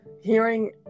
hearing